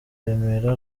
remera